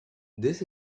this